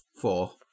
Four